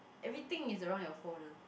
everything is around your phone ah